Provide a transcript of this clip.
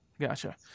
Gotcha